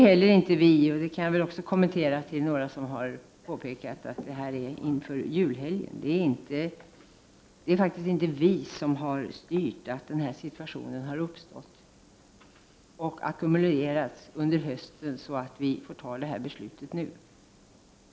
Till den som har sagt att detta sker inför julhelgen vill jag säga att det inte är regeringen som är orsak till att denna situation har uppstått och att antalet asylsökande har ackumulerats under hösten så att beslut måste fattas nu.